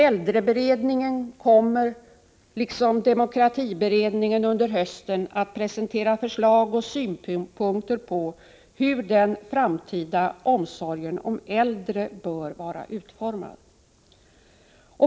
Äldreberedningen kommer, liksom demokratiberedningen, under hösten att presentera förslag och synpunkter på hur den framtida omsorgen om äldre bör vara utformad.